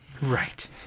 right